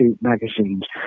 magazines